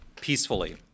peacefully